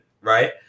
right